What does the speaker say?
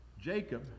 Jacob